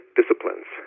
disciplines